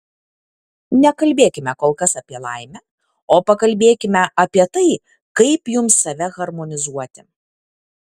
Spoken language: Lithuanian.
nekalbėkime kol kas apie laimę o pakalbėkime apie tai kaip jums save harmonizuoti